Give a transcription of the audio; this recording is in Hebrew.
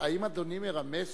האם אדוני מרמז